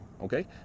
okay